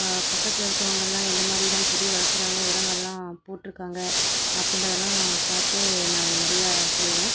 பக்கத்தில் இருக்கிறவங்கள்லாம் எந்த மாதிரிலாம் செடி வளர்த்துறாங்க உரங்களெலாம் போட்டிருக்காங்க அப்புன்றதுலாம் பார்த்து நான் நிறையா செய்வேன்